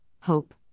hope